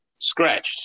scratched